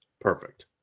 perfect